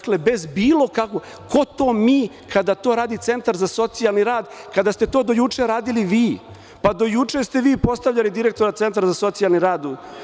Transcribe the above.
Ko to mi kada to radi centar za socijalni rad, kada ste to do juče radili vi, pa do juče ste postavljali direktora Centra za socijalni rad.